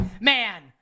man